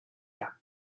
cap